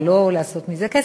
ולא לעשות מזה כסף,